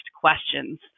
questions